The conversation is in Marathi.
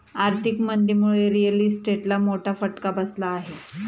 आर्थिक मंदीमुळे रिअल इस्टेटला मोठा फटका बसला आहे